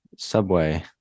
Subway